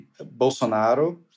Bolsonaro